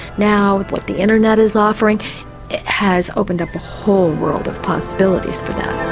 now what the internet is offering has opened up whole world of possibilities for them.